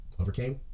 overcame